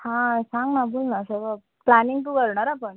हां सांग ना बोल ना सगळं प्लॅनिंग तू करणार हां पण